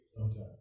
Okay